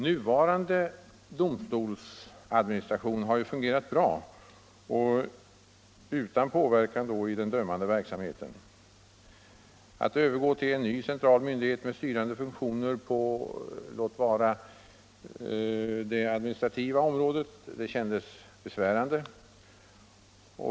Nuvarande domstolsadministration har ju fungerat bra och utan påverkan i den dömande verksamheten. Att då övergå till en ny central myndighet med styrande funktioner, låt vara på det administrativa området, kändes besvärande.